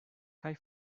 kaj